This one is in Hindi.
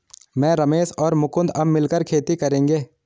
मैं, रमेश और मुकुंद अब मिलकर खेती करेंगे